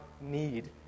need